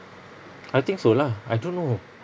I think so lah I don't know